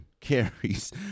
carries